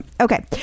Okay